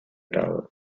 towel